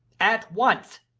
at once,